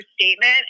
statement